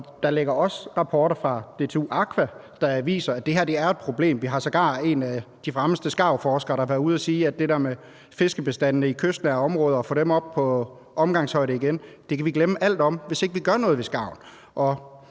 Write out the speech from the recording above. Der ligger også rapporter fra DTU Aqua, der viser, er det her er et problem. Vi har sågar hørt en af de fremmeste skarvforskere være ude at sige, at det der med at få fiskebestandene i kystnære områder op på omgangshøjde igen kan vi glemme alt om, hvis ikke vi gør noget ved skarverne.